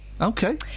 Okay